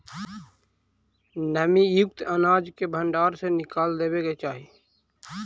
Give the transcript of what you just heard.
नमीयुक्त अनाज के भण्डार से निकाल देवे के चाहि